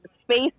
space